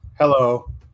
hello